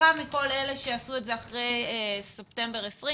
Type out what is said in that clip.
סליחה מכל מי שעשו את זה לפני ספטמבר 2020,